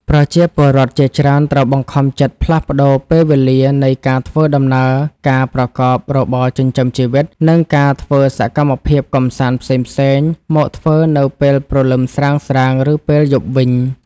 ប្រជាពលរដ្ឋជាច្រើនត្រូវបង្ខំចិត្តផ្លាស់ប្តូរពេលវេលានៃការធ្វើដំណើរ ការប្រកបរបរចិញ្ចឹមជីវិត និងការធ្វើសកម្មភាពកម្សាន្តផ្សេងៗមកធ្វើនៅពេលព្រលឹមស្រាងៗ ឬពេលយប់វិញ។